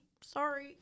Sorry